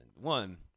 One